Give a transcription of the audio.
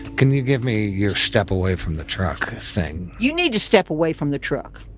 can you give me your step away from the truck thing? you need to step away from the truck!